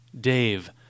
Dave